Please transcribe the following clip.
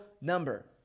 number